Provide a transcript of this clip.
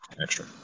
extra